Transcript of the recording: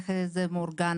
איך זה מאורגן?